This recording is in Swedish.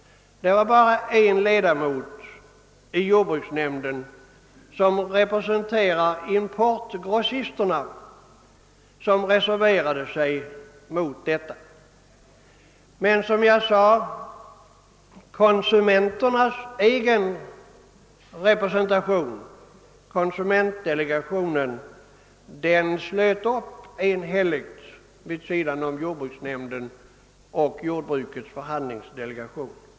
Det var bara en ledamot i jordbruksnämnden — en representant för importgrossisterna — som reserverade sig. Men, som jag sade, konsumenternas egen representation, konsumentdelegationen, slöt upp enhälligt vid sidan av jordbruksnämnden och jordbrukets förhandlingsdelegation.